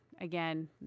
again